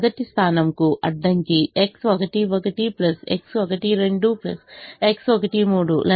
మొదటి స్థానంకు అడ్డంకి X11 X12 X13 ≤ 40